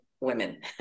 women